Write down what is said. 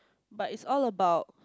but it's all about